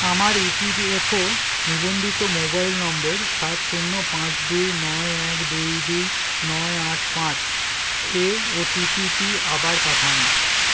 আমার ইপিএফও নিবন্ধিত মোবাইল নম্বর সাত শূন্য পাঁচ দুই নয় এক দুই দুই নয় আট পাঁচ এ ও টি পিটি আবার পাঠান